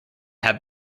have